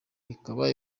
ikaba